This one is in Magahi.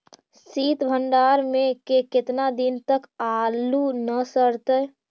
सित भंडार में के केतना दिन तक आलू न सड़तै?